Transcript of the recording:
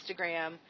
Instagram